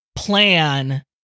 plan